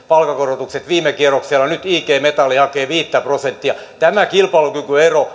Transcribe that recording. palkankorotukset viime kierroksella nyt ig metall hakee viittä prosenttia tämä kilpailukykyero